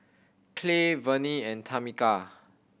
Clay Verne and Tamika